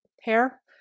hair